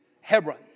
Hebron